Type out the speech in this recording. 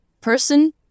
person